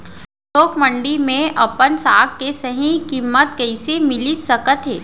थोक मंडी में अपन साग के सही किम्मत कइसे मिलिस सकत हे?